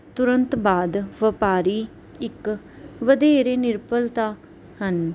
ਤੁਰੰਤ ਬਾਅਦ ਵਪਾਰੀ ਇੱਕ ਵਧੇਰੇ ਨਿਰਬਲਤਾ ਹਨ